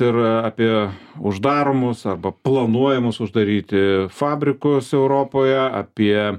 ir apie uždaromus arba planuojamus uždaryti fabrikus europoje apie